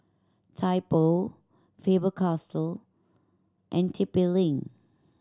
Typo Faber Castell and T P Link